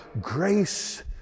Grace